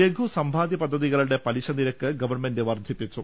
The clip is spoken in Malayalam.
ലഘുസമ്പാദ്യ പദ്ധതികളുടെ പലിശനിരക്ക് ഗവൺമെന്റ് വർധിപ്പിച്ചു